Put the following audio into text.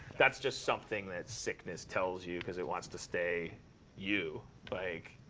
that's just something that sickness tells you, because it wants to stay you. like,